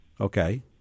okay